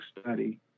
study